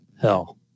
hell